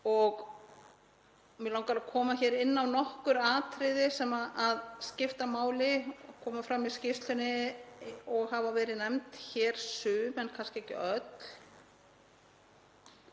dag. Mig langar að koma inn á nokkur atriði sem skipta máli og koma fram í skýrslunni og hafa verið nefnd hér, sum en kannski ekki öll.